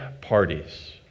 parties